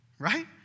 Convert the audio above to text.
Right